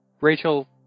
Rachel